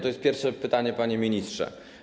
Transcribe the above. To jest pierwsze pytanie, panie ministrze.